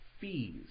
fees